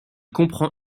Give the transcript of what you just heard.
comprend